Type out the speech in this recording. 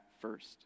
first